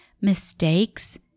mistakes